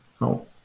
No